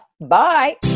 bye